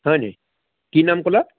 হয়নি কি নাম ক'লা